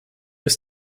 ist